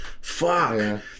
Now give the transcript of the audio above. fuck